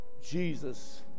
Jesus